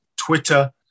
Twitter